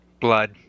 Blood